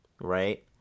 right